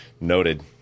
Noted